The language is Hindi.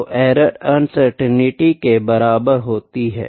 तो एरर अनसर्टेनिटी के बराबर होती है